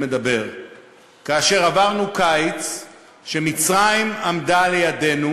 מדבר כאשר עברנו קיץ שמצרים עמדה לידנו